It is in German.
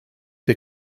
der